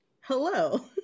Hello